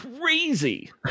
Crazy